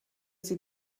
sie